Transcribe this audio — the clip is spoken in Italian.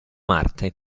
marte